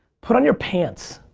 put on your pants.